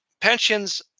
pensions